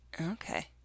Okay